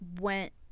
went